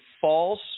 false